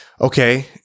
Okay